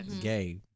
gay